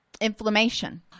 inflammation